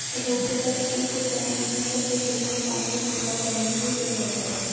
rotator एक उपकरण है जिसका उपयोग खेतों में पानी का छिड़काव करने के लिए किया जाता है